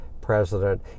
president